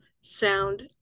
sound